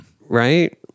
Right